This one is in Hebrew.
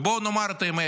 ובואו נאמר את האמת,